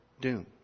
doom